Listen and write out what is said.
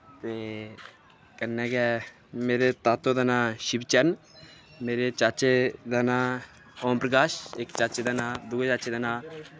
ते कन्नै गै मेरे तातो दा नां शिव चरण मेरे चाचे दा नां ओम प्रकाश इक चाचे दा नां दुए चाचे दा नां